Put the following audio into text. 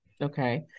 okay